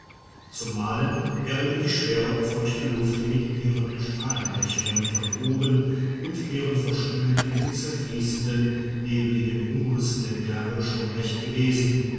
zum malen wäre mir die schwere feuchte luft mit ihren strahlenbrechungen von oben und ihren verschwimmenden und zerfließenden nebligen umrissen der berge schon recht gewesen